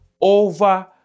over